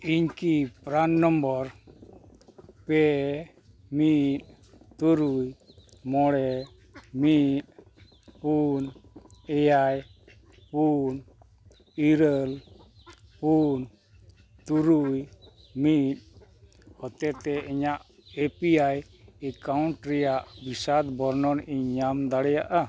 ᱤᱧ ᱠᱤ PRAN number ᱯᱮ ᱢᱤᱫ ᱛᱩᱨᱩᱭ ᱢᱚᱬᱮ ᱢᱤᱫ ᱯᱩᱱ ᱮᱭᱟᱭ ᱯᱩᱱ ᱤᱨᱟᱹᱞ ᱯᱩᱱ ᱛᱩᱨᱩᱭ ᱢᱤᱫ ᱦᱚᱛᱮ ᱛᱮ ᱤᱧᱟᱹᱜ ᱮ ᱯᱤ ᱟᱭ ᱮᱠᱟᱣᱩᱱᱴ ᱨᱮᱭᱟᱜ ᱵᱤᱥᱟᱫ ᱵᱚᱨᱱᱚᱱ ᱤᱧ ᱧᱟᱢ ᱫᱟᱲᱮᱭᱟᱜᱼᱟ